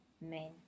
men